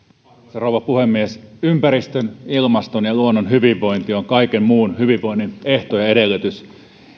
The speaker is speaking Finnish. rouva puhemies ympäristön ilmaston ja luonnon hyvinvointi on kaiken muun hyvinvoinnin ehto ja edellytys